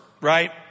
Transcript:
right